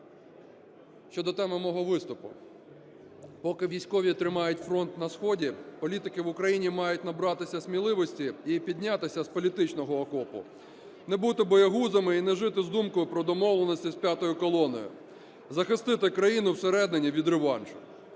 Щодо теми мого виступу. Поки військові тримають фронт на сході, політики в Україні мають набратися сміливості і піднятися з політичного окопу, не бути боягузами і не жити з думкою про домовленості з "п'ятою колоною", захистити країну всередині від реваншу.